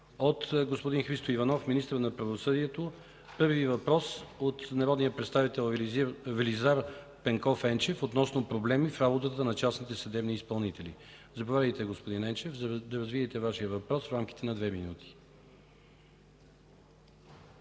от господин Христо Иванов – министър на правосъдието. Първият въпрос е от народния представител Велизар Енчев относно проблеми в работата на частните съдебни изпълнители. Заповядайте, господин Енчев, да развиете Вашия въпрос в рамките на две минути.